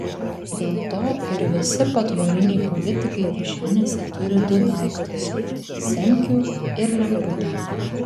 dėl to ir visi patvoriniai politikai kišenėse turi du daiktus semkių ir lemputę